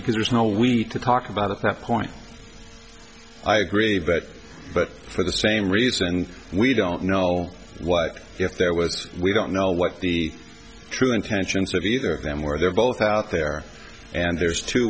because there's no we to talk about a plot point i agree but but for the same reason we don't know what if there was we don't know what the true intentions of either of them where they're both out there and there's two